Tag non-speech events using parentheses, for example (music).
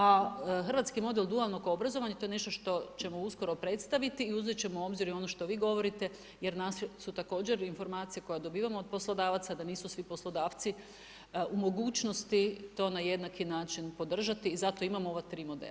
A hrvatski model dualnog obrazovanja, to je nešto što ćemo uskoro predstaviti i uzet ćemo u obzir i ono što vi govorite jer … (unintelligible) su također informacije koje dobivamo od poslodavaca, da nisu svi poslodavci u mogućnosti to na jednaki način podržati i zato i imamo ova tri modela.